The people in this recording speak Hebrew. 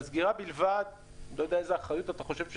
הסגירה בלבד אני לא יודע איזה אחריות אתה חושב שאפשר,